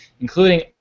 including